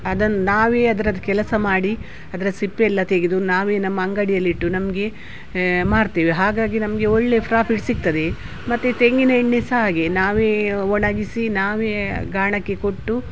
ಅದನ್ನು ನಾವೇ ಅದ್ರದ್ದು ಕೆಲಸ ಮಾಡಿ ಅದರ ಸಿಪ್ಪೆ ಎಲ್ಲ ತೆಗೆದು ನಾವೇ ನಮ್ಮ ಅಂಗಡಿಯಲ್ಲಿಟ್ಟು ನಮಗೆ ಮಾರ್ತೇವೆ ಹಾಗಾಗಿ ನಮಗೆ ಒಳ್ಳೆಯ ಫ್ರಾಫಿಟ್ ಸಿಗ್ತದೆ ಮತ್ತೆ ತೆಂಗಿನ ಎಣ್ಣೆ ಸಹ ಹಾಗೆ ನಾವೇ ಒಣಗಿಸಿ ನಾವೇ ಗಾಣಕ್ಕೆ ಕೊಟ್ಟು